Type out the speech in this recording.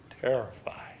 terrified